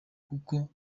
kuko